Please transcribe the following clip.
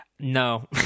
no